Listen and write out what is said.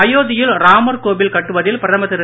அயோத்தியில் ராமர் கோவில் கட்டுவதில்பிரதமர் திரு